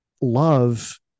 Love